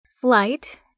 flight